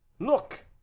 look